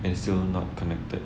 and still not connected